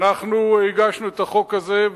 אנחנו הגשנו את החוק הזה,